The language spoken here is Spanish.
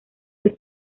los